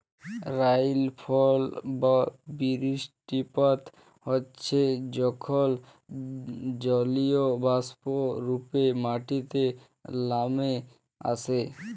রাইলফল বা বিরিস্টিপাত হচ্যে যখল জলীয়বাষ্প রূপে মাটিতে লামে আসে